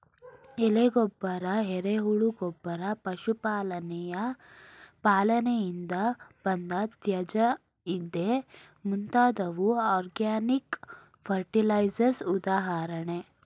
ಎಲೆ ಗೊಬ್ಬರ, ಎರೆಹುಳು ಗೊಬ್ಬರ, ಪಶು ಪಾಲನೆಯ ಪಾಲನೆಯಿಂದ ಬಂದ ತ್ಯಾಜ್ಯ ಇದೇ ಮುಂತಾದವು ಆರ್ಗ್ಯಾನಿಕ್ ಫರ್ಟಿಲೈಸರ್ಸ್ ಉದಾಹರಣೆ